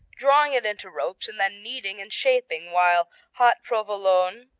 drawing it into ropes and then kneading and shaping while hot. provolone,